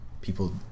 people